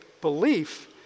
belief